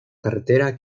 carretera